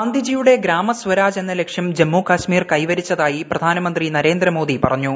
ഗാന്ധിജിയുടെ ഗ്രാമസ്വരാജ് എന്ന ലക്ഷ്യം ജമ്മു കശ്മീർ കൈവരിച്ചതായി പ്രധാനമന്ത്രി നരേന്ദ്രമോദി പറഞ്ഞു